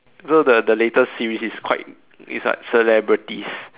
so the the latest series is quite is like celebrities